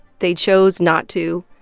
they chose not to.